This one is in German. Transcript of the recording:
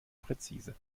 präzise